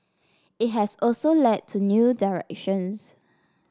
it has also led to new directions